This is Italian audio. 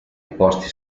posti